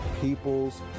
people's